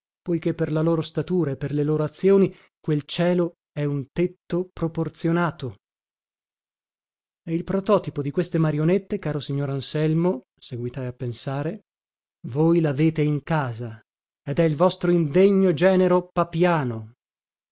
poiché per la loro statura e per le loro azioni quel cielo è un tetto proporzionato e il prototipo di queste marionette caro signor anselmo seguitai a pensare voi lavete in casa ed è il vostro indegno genero papiano